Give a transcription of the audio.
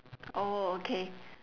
orh okay